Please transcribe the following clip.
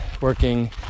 working